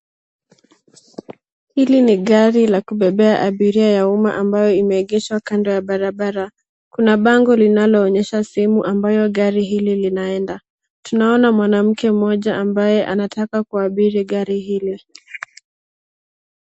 Hili ni gari la kubebea abiria ya umma ambayo imeegeshwa kando ya barabara. Kuna bango linaonyesha sehemu ambayo gari hili linaenda. Tunaona mwanamke mmoja ambaye anataka kuabiri gari hili.